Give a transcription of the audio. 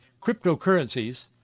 cryptocurrencies